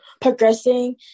progressing